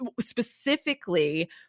Specifically